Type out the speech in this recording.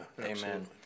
amen